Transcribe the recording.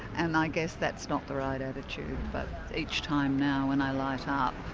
and i guess that's not the right attitude but each time now when i light ah up